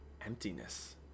emptiness